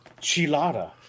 Chilada